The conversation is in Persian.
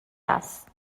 است